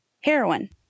heroin